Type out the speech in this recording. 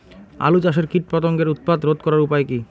আলু চাষের কীটপতঙ্গের উৎপাত রোধ করার উপায় কী?